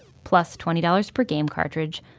plus twenty dollars per game cartridge,